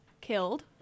killed